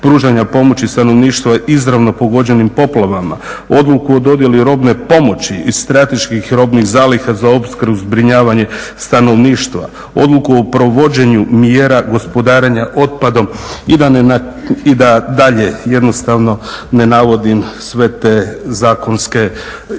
pružanja pomoći stanovništvu izravno pogođenim poplavama, odluku o dodjeli robne pomoći i strateških robnih zaliha za opskrbu, zbrinjavanje stanovništva, Odluku o provođenju mjera gospodarenja otpadom i da dalje jednostavno ne navodim sve te zakonske tekstove